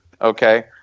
Okay